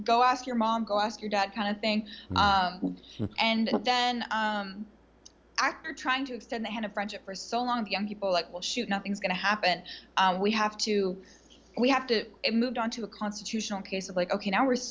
go ask your mom go ask your dad kind of thing and then actor trying to extend the hand of friendship for so long young people like we'll shoot nothing's going to happen we have to we have to move on to a constitutional case of like ok now we're